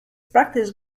practice